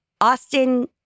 Austin